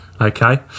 Okay